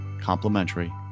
complimentary